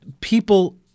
people